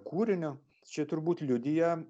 kūriniu čia turbūt liudija